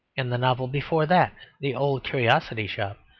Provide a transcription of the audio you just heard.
in the novel before that, the old curiosity shop,